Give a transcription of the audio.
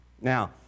Now